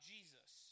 Jesus